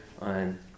on